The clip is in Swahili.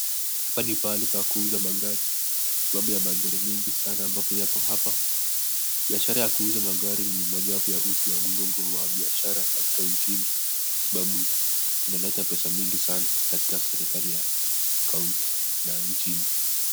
Hapa ni pahali pa kuuza magari kwa sababu ya magari mingi sana ambayo yako hapa. Biashara ya kuuza magari ni moja wapo ya uti wa mgongo wa biashara katika nchini kwa sababu inaleta pesa mingi sana katika serekali ya kaunti na nchini.